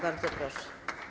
Bardzo proszę.